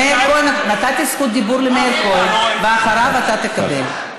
נתתי זכות דיבור למאיר כהן, ואחריו אתה תקבל.